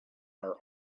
are